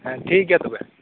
ᱦᱮᱸ ᱴᱷᱤᱠ ᱜᱮᱭᱟ ᱛᱚᱵᱮ